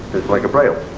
like braille.